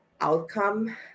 outcome